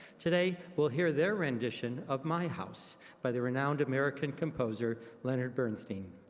today, we'll hear their rendition of my house by the renowned american composer leonard bernstein.